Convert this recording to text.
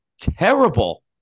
terrible